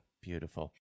beautiful